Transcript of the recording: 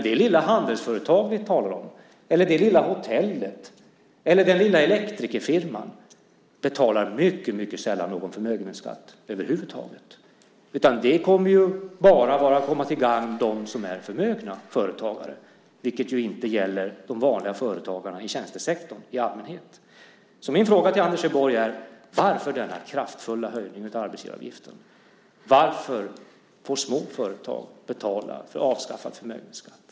Det lilla handelsföretag vi talar om, det lilla hotellet eller den lilla elektrikerfirman betalar mycket sällan någon förmögenhetsskatt över huvud taget. Det kommer bara att vara till gagn för dem som är förmögna företagare. Det gäller inte de vanliga företagarna i tjänstesektorn i allmänhet. Min fråga till Anders Borg är: Varför denna kraftfulla höjning av arbetsgivaravgiften? Varför får små företag betala för avskaffad förmögenhetsskatt?